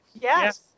Yes